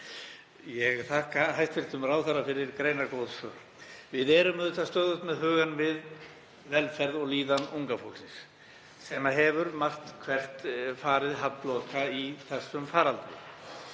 Ég þakka hæstv. ráðherra fyrir greinargóð svör. Við erum auðvitað stöðugt með hugann við velferð og líðan unga fólksins sem hefur margt hvert farið halloka í þessum faraldri.